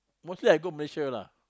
mostly I go Malaysia lah